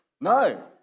No